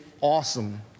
awesome